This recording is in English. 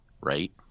right